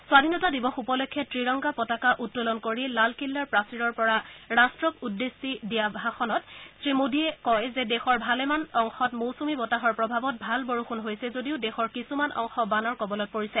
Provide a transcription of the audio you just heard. স্বধীনতা দিৱস উপলক্ষে ত্ৰিৰংগা পতাকা উত্তোলন কৰি লালকিল্লা প্ৰাচীৰৰ পৰা ৰাট্টক উদ্দেশ্যি ভাষণ দি শ্ৰীমোডীয়ে কয় যে দেশৰ ভালেমান অংশত মৌচূমী বতাহৰ প্ৰভাৱত ভাল বৰষূণ হৈছে যদিও দেশৰ কিছুমান অংশ বানৰ কবলত পৰিছে